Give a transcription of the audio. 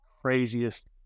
craziest